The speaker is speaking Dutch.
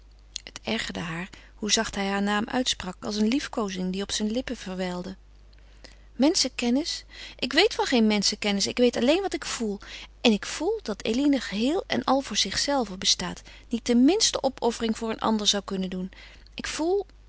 het ergerde haar hoe zacht hij haar naam uitsprak als een liefkoozing die op zijn lippen verwijlde menschenkennis ik weet van geen menschenkennis ik weet alleen wat ik voel en ik voel dat eline geheel en al voor zichzelve bestaat niet de minste opoffering voor een ander zou kunnen doen ik voel